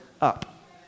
up